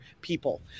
people